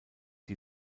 die